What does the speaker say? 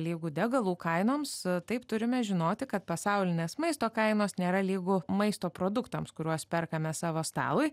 lygu degalų kainoms taip turime žinoti kad pasaulinės maisto kainos nėra lygu maisto produktams kuriuos perkame savo stalui